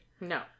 No